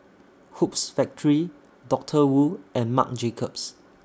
Hoops Factory Doctor Wu and Marc Jacobs